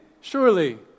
Surely